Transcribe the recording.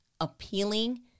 appealing